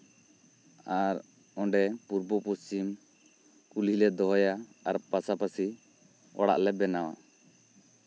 ᱟᱨ ᱚᱸᱰᱮ ᱯᱩᱨᱵᱚ ᱯᱚᱥᱪᱷᱤᱢ ᱠᱩᱞᱦᱤ ᱞᱮ ᱫᱚᱦᱚᱭᱟ ᱟᱨ ᱯᱟᱥᱟ ᱯᱟᱥᱤ ᱚᱲᱟᱜᱞᱮ ᱵᱮᱱᱟᱣᱟ